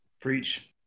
Preach